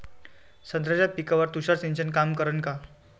संत्र्याच्या पिकावर तुषार सिंचन काम करन का?